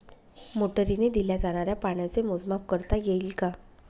मोटरीने दिल्या जाणाऱ्या पाण्याचे मोजमाप करता येईल का?